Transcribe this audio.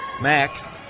Max